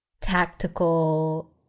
tactical